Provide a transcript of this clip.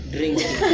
Drinking